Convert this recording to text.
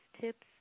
tips